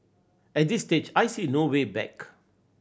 at this stage I see no way back